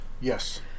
Yes